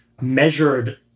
measured